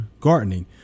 gardening